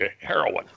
heroin